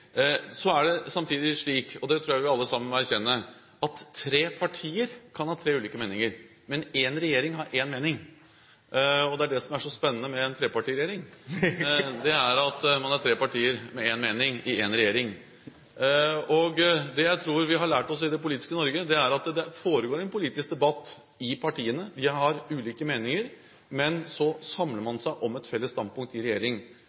Så er det samtidig slik, og det tror jeg vi alle sammen må erkjenne, at tre partier kan ha tre ulike meninger, men én regjering har én mening. Det som er så spennende med en trepartiregjering, er at man er tre partier med én mening i én regjering. Det jeg tror vi har lært oss i det politiske Norge, er at det foregår en politisk debatt i partiene. Vi har ulike meninger, men så samler man seg om et felles standpunkt i regjering.